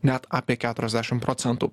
net apie keturiasdešim procentų